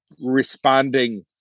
responding